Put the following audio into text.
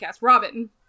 Robin